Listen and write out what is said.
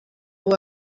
uwo